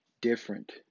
different